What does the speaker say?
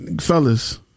fellas